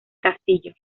castillo